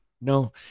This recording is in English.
No